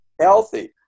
Healthy